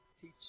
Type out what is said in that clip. teach